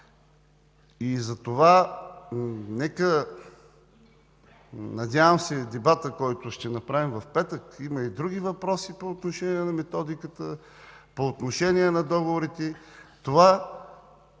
тази Програма. Надявам се в дебата, който ще направим в петък, има и други въпроси по отношение на методиката, по отношение на договорите, това,